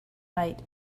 night